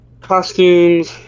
Costumes